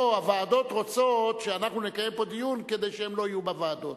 או הוועדות רוצות שאנחנו נקיים פה דיון כדי שהם לא יהיו בוועדות.